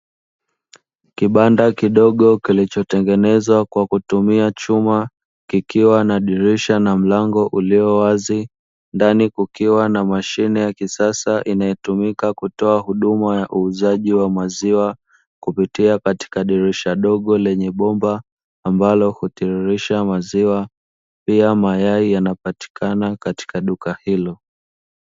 Kibanda kidogo kilichotengenezwa kwa kutumia chuma, kikiwa na dirisha na mlango ulio wazi ndani kukiwa na mashine ya kisasa inayotumika kutoa huduma ya uuzaji wa maziwa, kupitia katika dirisha dogo lenye bomba ambalo hutiririsha maziwa, pia mayai yanapatikana katika duka hilo.